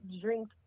drink